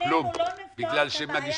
בינינו לא נפתור את הבעיה.